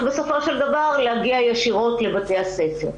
בסופו של דבר להגיע ישירות לבתי הספר.